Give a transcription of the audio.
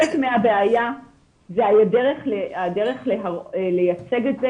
אני חושבת שחלק הבעיה זה הדרך לייצג את זה